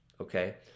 okay